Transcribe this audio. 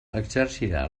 exercirà